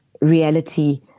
reality